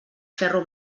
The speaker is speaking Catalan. ferro